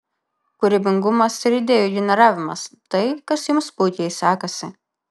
kūrybingumas ir idėjų generavimas tai kas jums puikiai sekasi